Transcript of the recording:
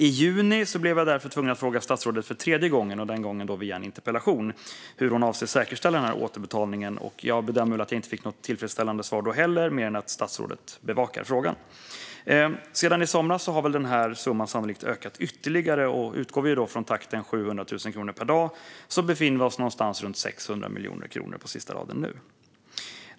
I juni blev jag därför tvungen att fråga statsrådet för tredje gången - denna gång via en interpellation - hur hon avser att säkerställa återbetalningen. Jag fick inte heller då något mer tillfredsställande svar än att statsrådet bevakar frågan. Sedan i somras har denna summa sannolikt ökat ytterligare. Utgår vi från takten 700 000 kronor per dag befinner vi oss nu någonstans runt 600 miljoner kronor på sista raden.